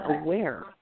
aware